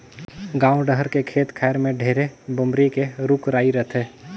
गाँव डहर के खेत खायर में ढेरे बमरी के रूख राई रथे